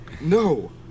No